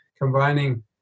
combining